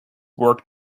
work